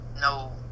no